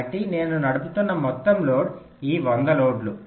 కాబట్టి నేను నడుపుతున్న మొత్తం లోడ్ ఆ 100 లోడ్లు